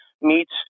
meets